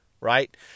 Right